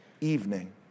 evening